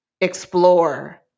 explore